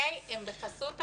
הם בחסות המדינה.